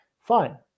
Fine